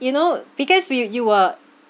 you know because we you were